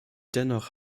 dennoch